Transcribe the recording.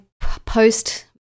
post